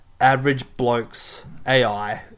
AverageBlokesAI